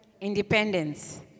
Independence